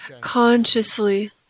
consciously